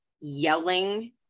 yelling